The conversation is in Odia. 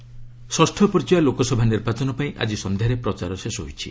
କ୍ୟାମ୍ପନିଂ ଷଷ୍ଠ ପର୍ଯ୍ୟାୟ ଲୋକସଭା ନିର୍ବାଚନ ପାଇଁ ଆଜି ସନ୍ଧ୍ୟାରେ ପ୍ରଚାର ଶେଷ ହୋଇଛି